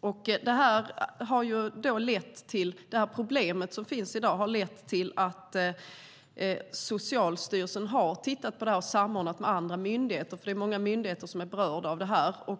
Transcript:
Det problem som finns i dag har lett till att Socialstyrelsen har tittat på det och samordnat med andra myndigheter. Det är många myndigheter som berörs.